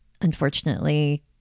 unfortunately